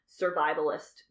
survivalist